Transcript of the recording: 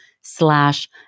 slash